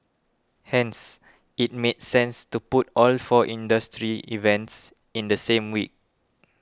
hence it made sense to put all four industry events in the same week